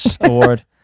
award